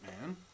man